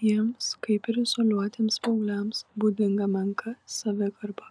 jiems kaip ir izoliuotiems paaugliams būdinga menka savigarba